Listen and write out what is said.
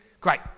Great